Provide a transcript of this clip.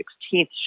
sixteenth